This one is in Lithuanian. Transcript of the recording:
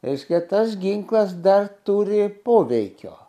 reiskia tas ginklas dar turi poveikio